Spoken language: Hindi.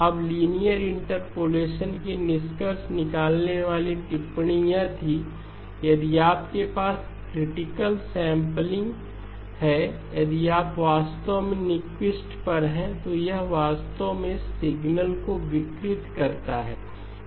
अब लिनियर इंटरपोलेशन की निष्कर्ष निकालने वाली टिप्पणी यह थी यदि आपके पास क्रिटिकल सैंपलिंग है यदि आप वास्तव में न्यूक्विस्ट पर हैं तो यह वास्तव में सिग्नल को विकृत करता है